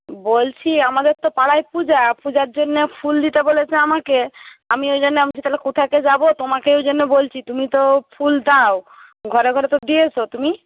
বলছি আমাদের তো পাড়ায় পূজা পূজার জন্য ফুল দিতে বলেছে আমাকে আমি ওই জন্য আমি বলছি তাহলে কোথাকে যাবো তোমাকে ওই জন্যে বলছি তুমি তো ফুল দাও ঘরে ঘরে তো দিয়েছো তুমি